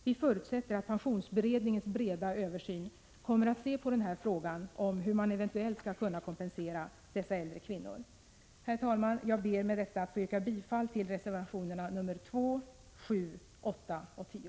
Vi förutsätter att pensionsberedningen i sin breda översyn kommer att behandla också frågan om hur man eventuellt skall kunna kompensera dessa äldre kvinnor. Herr talman! Jag ber med detta att få yrka bifall till reservationerna nr 2,6, 7 och 9.